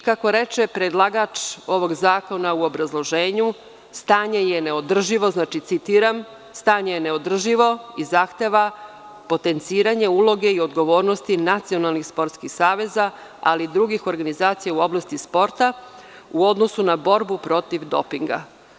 Kako reče predlagač ovog zakona u obrazloženju, znači, citiram – stanje je neodrživo i zahteva potenciranje uloge i odgovornosti nacionalnih sportskih saveza, ali i drugih organizacija u oblasti sporta u odnosu na borbu protiv dopinga.